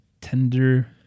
Tender